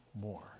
more